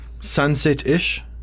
sunset-ish